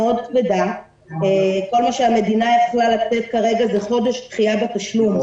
כל מה שהמדינה יכולה לתת כרגע זה חודש דחייה בתשלום.